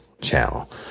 channel